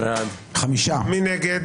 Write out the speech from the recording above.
מי נגד?